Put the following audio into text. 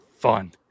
fun